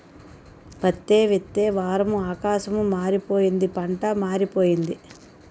పత్తే విత్తే వారము ఆకాశం మారిపోయింది పంటా మారిపోయింది